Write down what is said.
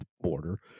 border